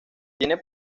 tiene